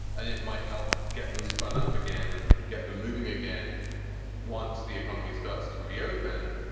and it might help getting spun up again and get them moving again once the economy starts to reopen.